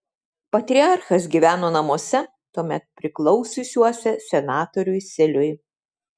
patriarchas gyveno namuose tuomet priklausiusiuose senatoriui siliui